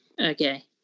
okay